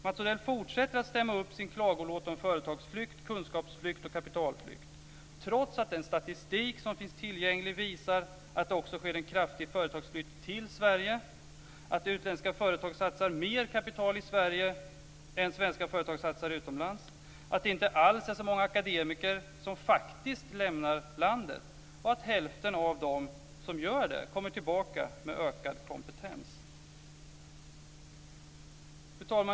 Mats Odell fortsätter att stämma upp sin klagolåt om företagsflykt, kunskapsflykt och kapitalflykt trots att tillgänglig statistik visar att det också sker en kraftig företagsflytt till Sverige, att utländska företag satsar mer kapital i Sverige än vad svenska företag satsar utomlands, att det inte alls är så många akademiker som faktiskt lämnar landet och att hälften av dem som gör det kommer tillbaka med ökad kompetens. Fru talman!